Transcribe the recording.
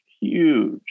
huge